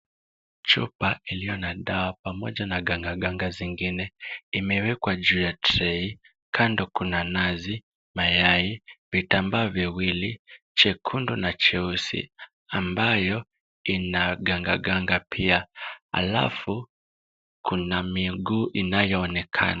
Chupa iliyo na dawa pamoja na gangaganga zingine imewekwa juu ya tray .Kando kuna nazi, mayai, vitambaa viwili, chekundu na cheusi ambayo ina gangaganga pia. Alafu kuna miguu inayoonekana.